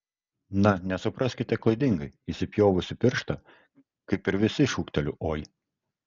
na nesupraskite klaidingai įsipjovusi pirštą kaip ir visi šūkteliu oi